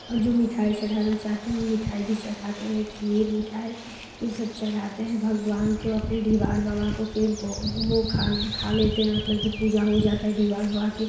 और जो मिठाई चढ़ाना चाहते हैं वो मिठाई भी चढ़ाते हैं खीर मिठाई ये सब चढ़ाते हैं भगवान को अपने डिहवार बाबा को फिर भो वो खान खा लेते हैं मतलब कि पूजा हो जाती है डिहवार बाबा की